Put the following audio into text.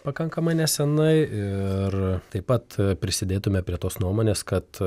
pakankamai nesenai ir taip pat prisidėtume prie tos nuomonės kad